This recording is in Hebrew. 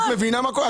את מבינה מה קורה?